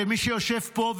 ומי שיושב פה,